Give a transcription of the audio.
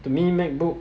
I mean Macbook